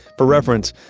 for reference,